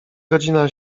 godzina